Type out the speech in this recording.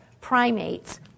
primates